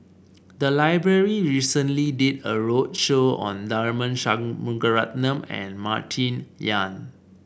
the library recently did a roadshow on Tharman Shanmugaratnam and Martin Yan